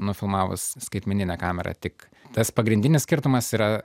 nufilmavus skaitmenine kamera tik tas pagrindinis skirtumas yra